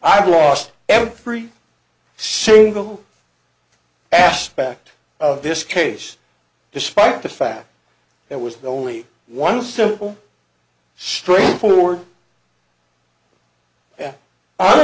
i've lost every single aspect of this case despite the fact that was the only one simple straightforward